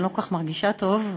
אני לא מרגישה כל כך טוב,